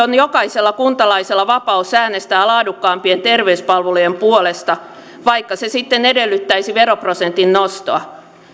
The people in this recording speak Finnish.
on jokaisella kuntalaisella vapaus äänestää laadukkaampien terveyspalvelujen puolesta vaikka se sitten edellyttäisi veroprosentin nostoa